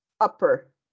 upper